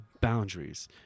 boundaries